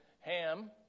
Ham